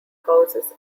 houses